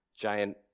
giant